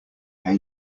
hey